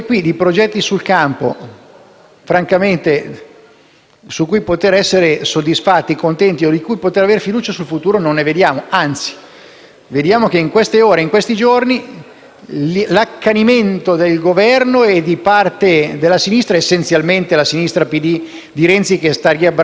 di cui poter essere soddisfatti e contenti o su cui poter riporre fiducia non ne vediamo. Anzi, vediamo che in queste ore e in questi giorni l'accanimento del Governo e di parte della sinistra, essenzialmente la sinistra PD di Renzi che sta riabbracciando una parte della sinistra massimalista bersanianiana,